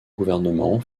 gouvernement